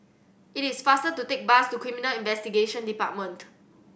it is faster to take the bus to Criminal Investigation Department